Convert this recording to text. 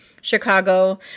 Chicago